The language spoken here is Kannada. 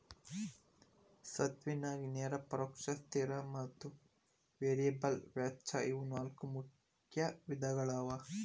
ಸ್ವತ್ತಿನ್ಯಾಗ ನೇರ ಪರೋಕ್ಷ ಸ್ಥಿರ ಮತ್ತ ವೇರಿಯಬಲ್ ವೆಚ್ಚ ಇವು ನಾಲ್ಕು ಮುಖ್ಯ ವಿಧಗಳವ